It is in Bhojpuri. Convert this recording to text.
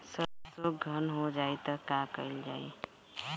सरसो धन हो जाई त का कयील जाई?